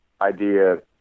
idea